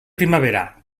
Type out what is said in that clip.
primavera